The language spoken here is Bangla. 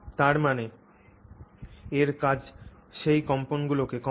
তার মানে এর কাজ সেই কম্পনগুলিকে কমানো